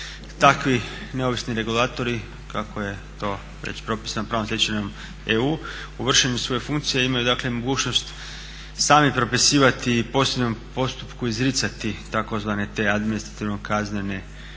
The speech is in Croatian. Takvi neovisni regulatori kako je to već propisano pravnom stečevinom EU u vršenju svoje funkcije imaju dakle mogućnost sami propisivati po posebnom postupku izricati tzv. te administrativno kaznene